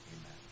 amen